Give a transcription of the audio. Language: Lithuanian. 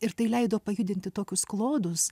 ir tai leido pajudinti tokius klodus